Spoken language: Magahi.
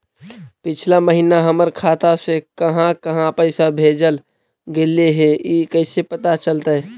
पिछला महिना हमर खाता से काहां काहां पैसा भेजल गेले हे इ कैसे पता चलतै?